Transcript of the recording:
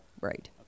Right